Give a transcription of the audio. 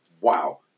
wow